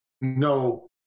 no